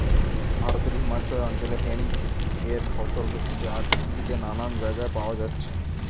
ভারতে হিমালয় অঞ্চলে হেম্প এর ফসল হচ্ছে আর পৃথিবীর নানান জাগায় পায়া যাচ্ছে